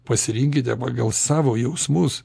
pasirinkite pagal savo jausmus